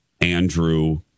Andrew